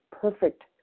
perfect